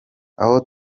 aho